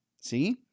See